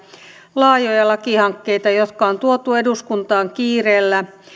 laajoja lakihankkeita jotka on tuotu eduskuntaan kiireellä